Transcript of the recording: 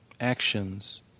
Actions